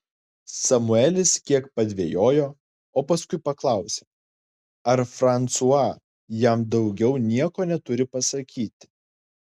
samuelis kiek padvejojo o paskui paklausė ar fransua jam daugiau nieko neturi pasakyti